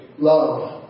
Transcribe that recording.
love